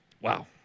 Wow